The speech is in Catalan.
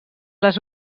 les